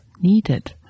needed